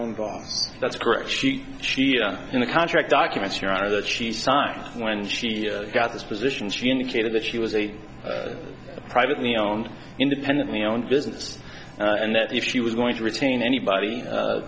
own boss that's correct she she in the contract documents your honor that she signed when she got this position she indicated that she was a privately owned independently owned business and that if she was going to retain anybody